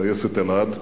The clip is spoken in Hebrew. טייסת "אלעד",